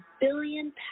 billion